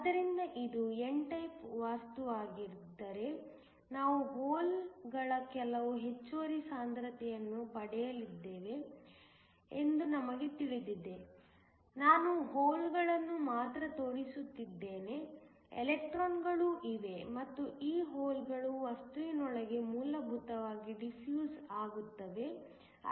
ಆದ್ದರಿಂದ ಇದು n type ವಸ್ತುವಾಗಿದ್ದರೆ ನಾವು ಹೋಲ್ಗಳ ಕೆಲವು ಹೆಚ್ಚುವರಿ ಸಾಂದ್ರತೆಯನ್ನು ಪಡೆಯಲಿದ್ದೇವೆ ಎಂದು ನಮಗೆ ತಿಳಿದಿದೆ ನಾನು ಹೋಲ್ಗಳನ್ನು ಮಾತ್ರ ತೋರಿಸುತ್ತಿದ್ದೇನೆ ಎಲೆಕ್ಟ್ರಾನ್ಗಳೂ ಇವೆ ಮತ್ತು ಈ ಹೋಲ್ಗಳು ವಸ್ತುವಿನೊಳಗೆ ಮೂಲಭೂತವಾಗಿ ಡಿಫ್ಯೂಸ್ ಆಗುತ್ತವೆ